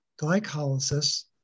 glycolysis